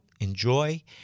Enjoy